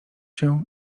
się